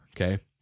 Okay